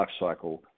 lifecycle